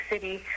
City